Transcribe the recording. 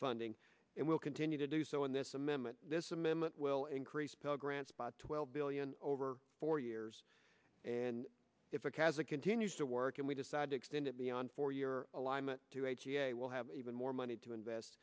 funding and will continue to do so in this amendment this amendment will increase pell grants pot twelve billion over four years and if it has a continues to work and we decide to extend it beyond for your alignment to h c a we'll have even more money to invest